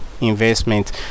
investment